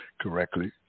correctly